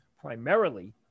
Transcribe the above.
primarily